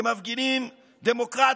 למפגינים דמוקרטים.